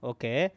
Okay